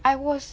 I was